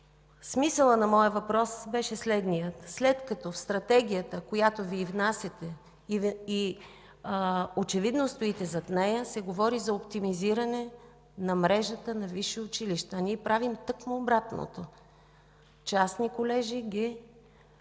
Смисълът на моят въпрос беше: след като в Стратегията, която Вие внасяте и очевидно стоите зад нея, се говори за оптимизиране на мрежата на висши училища. А ние правим точно обратното – трансформираме